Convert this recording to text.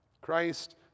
Christ